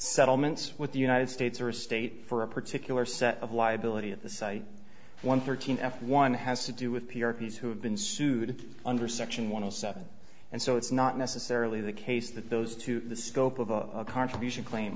settlements with the united states or state for a particular set of liability at the site one thirteen f one has to do with p r p who have been sued under section one and seven and so it's not necessarily the case that those two the scope of a contribution claim